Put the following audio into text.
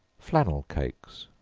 flannel cakes.